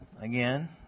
again